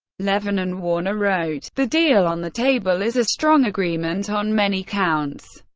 levin and warner wrote, the deal on the table is a strong agreement on many counts,